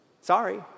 Sorry